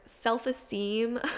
self-esteem